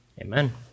Amen